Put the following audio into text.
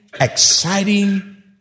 Exciting